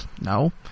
No